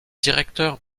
directeurs